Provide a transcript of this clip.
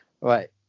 right